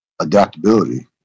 adaptability